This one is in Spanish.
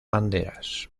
banderas